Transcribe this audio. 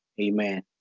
Amen